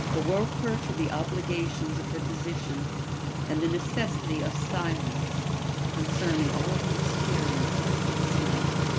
awoke her to the obligations of her position and the necessity of silence concerning all the experiences of this night.